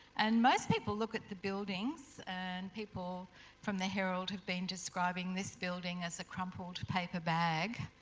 and most people look at the buildings and people from the herald have been describing this building as a crumpled paper bag.